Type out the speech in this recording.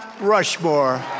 Rushmore